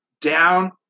down